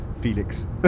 Felix